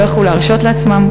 לא יכלו להרשות לעצמם,